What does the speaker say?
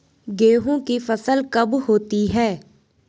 गेहूँ की फसल कब होती है?